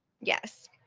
Yes